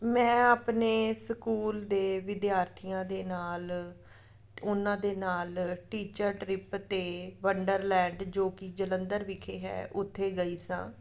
ਮੈਂ ਆਪਣੇ ਸਕੂਲ ਦੇ ਵਿਦਿਆਰਥੀਆਂ ਦੇ ਨਾਲ ਉਹਨਾਂ ਦੇ ਨਾਲ ਟੀਚਰ ਟਰਿੱਪ 'ਤੇ ਵੰਡਰਲੈਂਡ ਜੋ ਕਿ ਜਲੰਧਰ ਵਿਖੇ ਹੈ ਉੱਥੇ ਗਈ ਸਾਂ